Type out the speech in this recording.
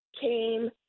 came